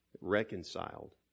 reconciled